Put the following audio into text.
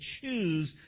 choose